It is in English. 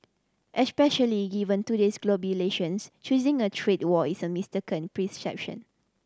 especially given today's globalisations choosing a trade war is a mistaken prescription